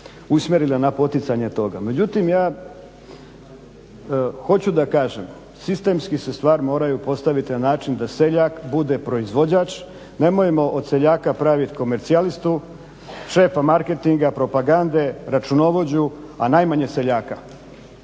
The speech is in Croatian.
usmjerila na poticanje toga. Međutim ja hoću da kažem sistemski se stvari moraju postaviti na način da seljak bude proizvođač, nemojmo od seljaka praviti komercijalistu, šefa marketinga, propagande, računovođu a najmanje seljaka,